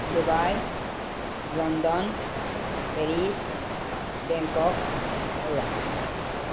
Dubai London Paris Bangkok Taiwan